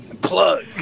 plug